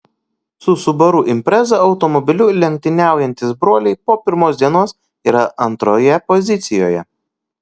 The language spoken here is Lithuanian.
su subaru impreza automobiliu lenktyniaujantys broliai po pirmos dienos yra antroje pozicijoje